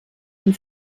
ihn